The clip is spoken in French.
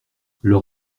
leur